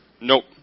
Nope